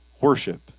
worship